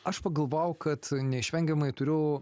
aš pagalvojau kad neišvengiamai turiu